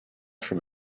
from